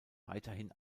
weiterhin